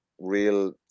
real